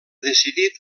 decidit